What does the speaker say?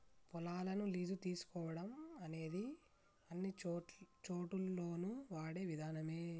పొలాలను లీజు తీసుకోవడం అనేది అన్నిచోటుల్లోను వాడే విధానమే